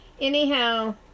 Anyhow